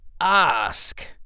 ask